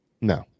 No